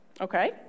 Okay